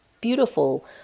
beautiful